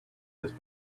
has